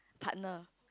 partner